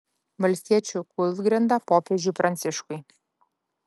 valstiečių kūlgrinda popiežiui pranciškui